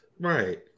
Right